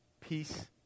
peace